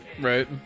right